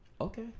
okay